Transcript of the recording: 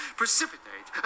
precipitate